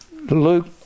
Luke